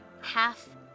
half